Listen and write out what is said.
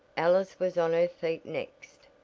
alice was on her feet next.